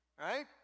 Right